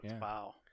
Wow